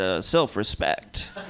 self-respect